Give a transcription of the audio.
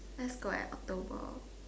let's go at October